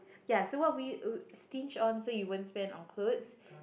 ya so what will you stinge on so you won't spend on clothes